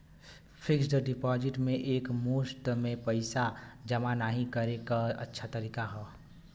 fixed deposit में एक मुश्त में पइसा जमा नाहीं करे क अच्छा तरीका हौ